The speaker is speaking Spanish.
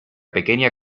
pequeña